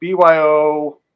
BYO